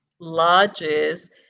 lodges